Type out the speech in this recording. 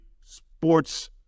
sports